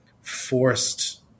forced